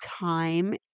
time